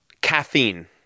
caffeine